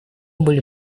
были